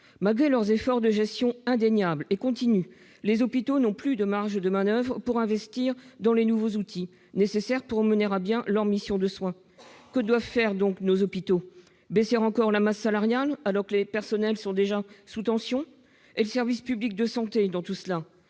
Malgré leurs efforts de gestion, indéniables et continus, les hôpitaux n'ont plus les marges de manoeuvre qui leur permettraient d'investir dans les nouveaux outils nécessaires pour mener à bien leur mission de soin. Que doivent donc faire nos hôpitaux ? Baisser encore la masse salariale, alors que leur personnel est déjà sous tension ? Et le service public de santé, dans tout cela ?